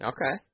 Okay